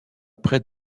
près